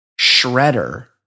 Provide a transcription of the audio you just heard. shredder